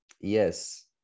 yes